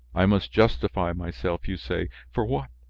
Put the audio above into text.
i must justify myself, you say! for what?